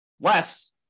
Less